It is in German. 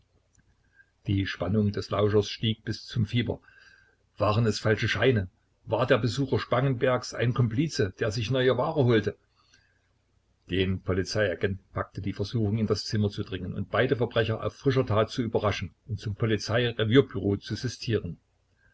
die spannung des lauschers stieg bis zum fieber waren es falsche scheine war der besucher spangenbergs ein komplize der sich neue ware holte den polizeiagenten packte die versuchung in das zimmer zu dringen und beide verbrecher auf frischer tat zu überraschen und zum polizei revierbüro zu sistieren